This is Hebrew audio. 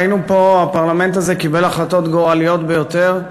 היינו פה, הפרלמנט הזה קיבל החלטות גורליות ביותר,